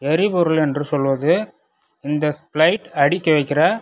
எரிபொருள் என்று சொல்வது இந்த ஃப்ளைட் அடுக்கி வைக்கிற